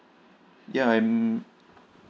ya I'm